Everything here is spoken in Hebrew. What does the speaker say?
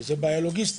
וזו כבר בעיה לוגיסטית.